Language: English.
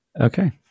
okay